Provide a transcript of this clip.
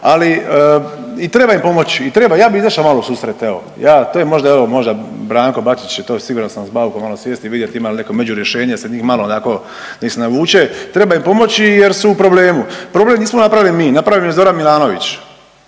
Ali i treba im pomoći. Ja bih izašao malo u susret evo. To je možda evo možda Branko Bačić je to siguran sa Baukom malo sjest i vidjet ima li neko među rješenje da se njih onako malo, da ih se navuče. Treba im pomoći jer su u problemu. Problem nismo napravili mi, napravio je Zoran Milanović.